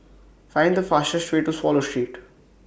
Find The fastest Way to Swallow Street